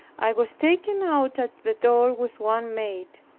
i was taken out at the door with one maid.